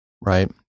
right